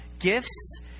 gifts